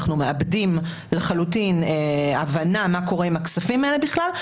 אנחנו מאבדים לחלוטין הבנה מה קורה עם הכספים האלה בכלל,